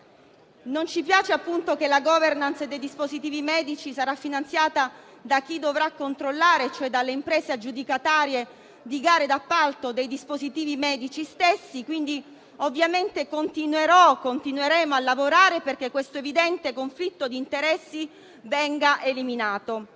Non ci piace che la *governance* dei dispositivi medici sarà finanziata da chi dovrà controllare, cioè dalle imprese aggiudicatarie di gare d'appalto dei dispositivi medici stessi. Continuerò e continueremo quindi a lavorare perché questo evidente conflitto di interessi venga eliminato.